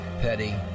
Petty